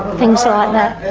things like that.